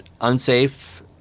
unsafe